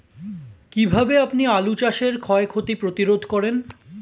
কীভাবে আপনি আলু চাষের ক্ষয় ক্ষতি প্রতিরোধ করেন?